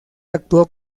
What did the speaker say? actuó